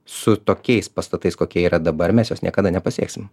su tokiais pastatais kokie yra dabar mes jos niekada nepasieksim